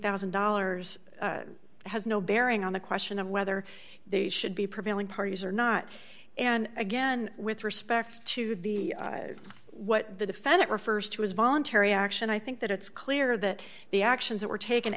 thousand dollars has no bearing on the question of whether they should be prevailing parties or not and again with respect to the what the defendant refers to as voluntary action i think that it's clear that the actions that were taken